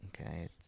Okay